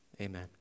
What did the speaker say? Amen